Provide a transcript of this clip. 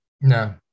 No